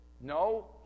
No